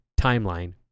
timeline